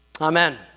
Amen